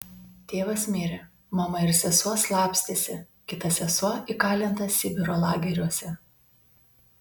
tėvas mirė mama ir sesuo slapstėsi kita sesuo įkalinta sibiro lageriuose